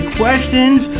questions